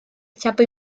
chapa